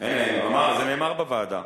זה נאמר בוועדה.